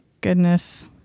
goodness